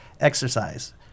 exercise